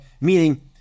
meaning